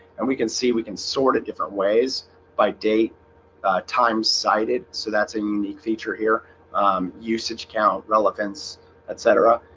and we can see we can sort at different ways by date time cited. so that's a unique feature here usage count relevance etc.